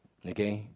okay